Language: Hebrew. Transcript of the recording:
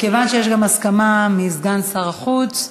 מכיוון שיש גם הסכמה של סגן שר החוץ,